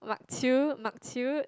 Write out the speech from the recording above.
chew mak chew